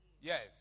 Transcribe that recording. Yes